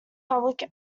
public